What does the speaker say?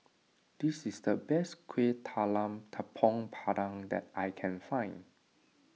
this is the best Kuih Talam Tepong Pandan that I can find